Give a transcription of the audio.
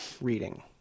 reading